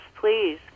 please